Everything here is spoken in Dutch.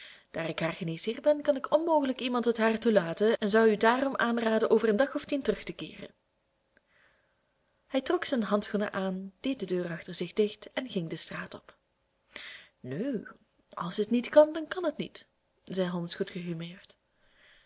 daar ik haar geneesheer ben kan ik onmogelijk iemand tot haar toelaten en zou u daarom aanraden over een dag of tien terug te komen hij trok zijn handschoenen aan deed de deur achter zich dicht en ging de straat op nu als het niet kan dan kan het niet zeide holmes goed